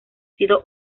sido